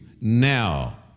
now